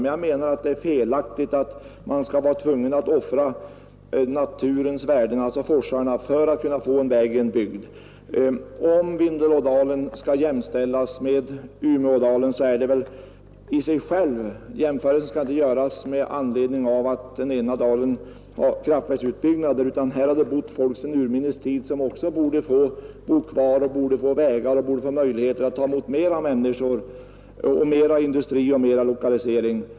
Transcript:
Men jag menar att det är fel att man skall vara tvungen att offra naturvärden — forsarna — för att få en väg byggd. En jämförelse mellan Vindelådalen och Umedalen skall inte göras bara med anledning av att den ena dalen har kraftverksutbyggnader. I båda dalarna har det bott folk sedan urminnes tid som bör få bo kvar, få vägar och få möjlighet att ta emot fler människor, mer industri och annan lokalisering.